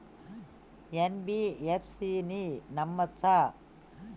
NBFC ని నమ్మచ్చా?